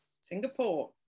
singapore